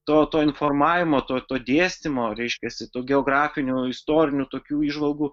to to informavimo to to dėstymo reiškiasi tų geografinių istorinių tokių įžvalgų